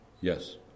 Yes